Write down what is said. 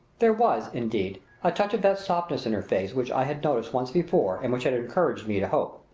there was, indeed, a touch of that softness in her face which i had noticed once before and which had encouraged me to hope.